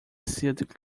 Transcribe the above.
sealed